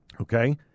okay